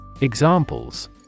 Examples